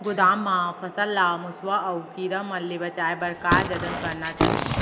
गोदाम मा फसल ला मुसवा अऊ कीरवा मन ले बचाये बर का जतन करना चाही?